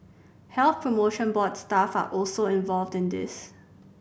Health Promotion Board staff are also involved in this